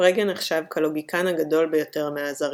פרגה נחשב כלוגיקן הגדול ביותר מאז אריסטו.